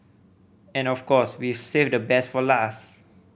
and of course we've saved the best for last